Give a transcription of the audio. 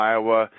Iowa